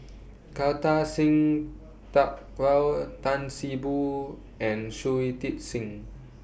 Kartar Singh Thakral Tan See Boo and Shui Tit Sing